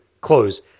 close